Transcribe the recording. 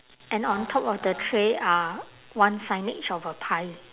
and on top of the tray are one signage of a pie